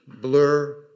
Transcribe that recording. blur